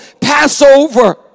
Passover